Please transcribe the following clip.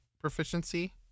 proficiency